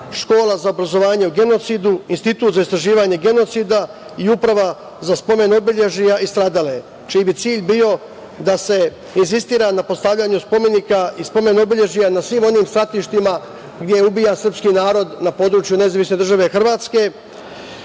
škola za obrazovanje o genocidu, Institut za istraživanje genocida i uprava za spomen obeležja i stradale čiji bi cilj bio da se insistira na postavljanju spomenika i spomen obeležja na svim onim svratištima gde ubija srpski narod na području nezavisne države Hrvatske.